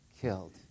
killed